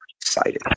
excited